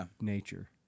nature